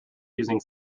using